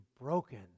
broken